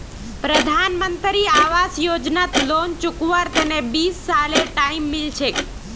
प्रधानमंत्री आवास योजनात लोन चुकव्वार तने बीस सालेर टाइम मिल छेक